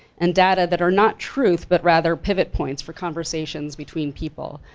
and data that are not truth, but rather pivot points, for conversations between people.